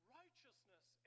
righteousness